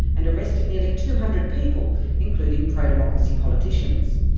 and arrested nearly two hundred people, including pro-democracy politicians.